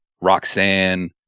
Roxanne